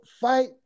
fight